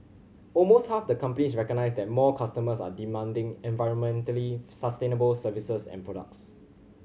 almost half the companies recognise that more customers are demanding environmentally sustainable services and products